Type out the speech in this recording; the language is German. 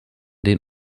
den